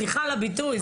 סליחה על הביטוי,